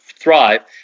Thrive